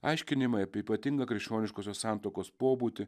aiškinimai apie ypatingą krikščioniškosios santuokos pobūdį